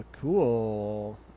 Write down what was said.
Cool